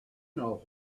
know